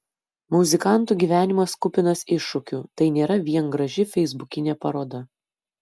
muzikantų gyvenimas kupinas iššūkių tai nėra vien graži feisbukinė paroda